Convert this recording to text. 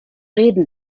reden